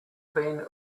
been